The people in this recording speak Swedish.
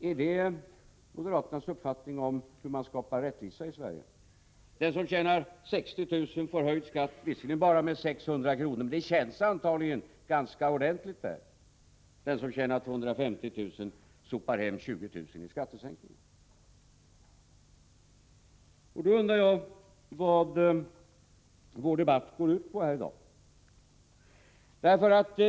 Är det moderaternas uppfattning om hur man skapar rättvisa i Sverige? Den som tjänar 60 000 kr. får höjd skatt, visserligen bara med 600 kr., men det känns antagligen ganska ordentligt, och den som tjänar 250 000 kr. sopar hem 20 000 kr. i skattesänkning. Då undrar jag vad debatten i dag går ut på.